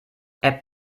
app